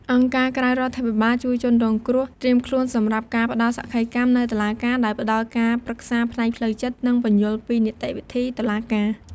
អង្គការក្រៅរដ្ឋាភិបាលជួយជនរងគ្រោះត្រៀមខ្លួនសម្រាប់ការផ្ដល់សក្ខីកម្មនៅតុលាការ ដោយផ្ដល់ការប្រឹក្សាផ្នែកផ្លូវចិត្ត និងពន្យល់ពីនីតិវិធីតុលាការ។